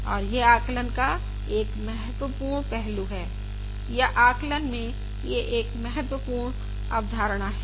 और यह आकलन का एक महत्वपूर्ण पहलू है या आकलन में यह एक महत्वपूर्ण अवधारणा है